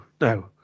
no